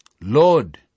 Lord